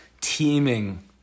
teeming